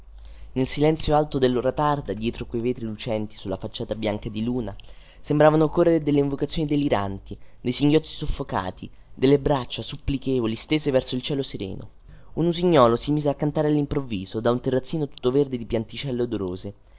nel silenzio alto dellora tarda dietro quei vetri lucenti sulla facciata bianca di luna sembravano indovinarsi delle invocazioni deliranti dei singhiozzi soffocati delle braccia supplichevoli stese verso il cielo sereno un usignuolo si mise a cantare allimprovviso da un terrazzino tutto verde di pianticelle odorose